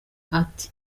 ati